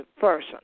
person